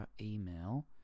E-Mail